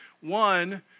One